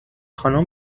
خانوم